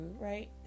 right